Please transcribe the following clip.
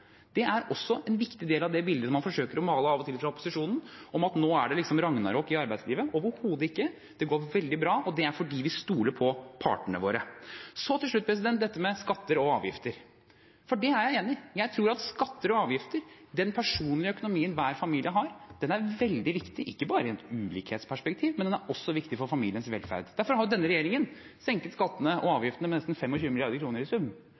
Det er også en viktig del av det bildet man av og til forsøker å male fra opposisjonen av at nå er det liksom ragnarok i arbeidslivet. – Overhodet ikke, det går veldig bra, og det er fordi vi stoler på partene våre. Så til slutt dette med skatter og avgifter. Det er jeg enig i – jeg tror at skatter og avgifter, den personlige økonomien hver familie har, er veldig viktig ikke bare i et ulikhetsperspektiv, men også for familiens velferd. Derfor har denne regjeringen senket skattene og avgiftene med nesten 25 mrd. kr i sum.